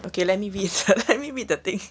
okay let me read the let me read the thing